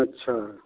अच्छा